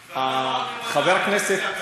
חבר הכנסת יושב-ראש ועדת